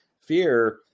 Fear